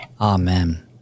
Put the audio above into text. Amen